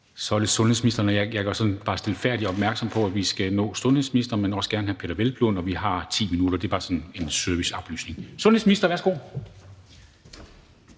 er det sundhedsministeren. Jeg gør bare sådan stilfærdigt opmærksom på, at vi skal nå sundhedsministeren og meget gerne hr. Peder Hvelplund, og vi har 10 minutter. Det er bare sådan en serviceoplysning. Sundhedsministeren, værsgo.